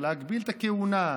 להגביל את הכהונה,